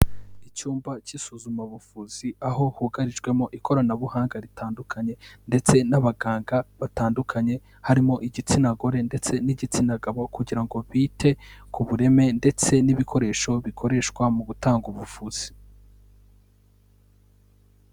Icyumba cy'isuzumabuvuzi aho hugarijwemo ikoranabuhanga ritandukanye, ndetse n'abaganga batandukanye, harimo igitsina gore ndetse n'igitsina gabo, kugira ngo bite ku bureme ndetse n'ibikoresho bikoreshwa mu gutanga ubuvuzi.